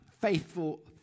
faithful